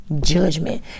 judgment